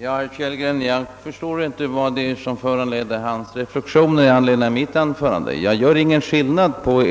Herr talman! Jag förstår inte vad det är i mitt anförande som föranlett herr Kellgrens reflexioner. Jag gör ingen skillnad på